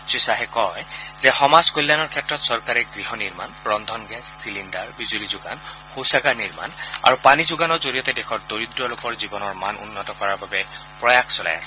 শ্ৰীশ্বাহে কয় যে সমাজ কল্যাণৰ ক্ষেত্ৰত চৰকাৰে গৃহ নিৰ্মাণ ৰন্ধন গেছ চিলিণ্ডাৰ বিজুলী যোগান শৌচাগাৰ নিৰ্মাণ আৰু পানীযোগানৰ জৰিয়তে দেশৰ দৰিদ্ৰ লোকৰ জীৱনৰ মান উন্নত কৰাৰ বাবে প্ৰয়াস চলাই আছে